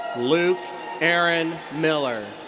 luke aaron miller.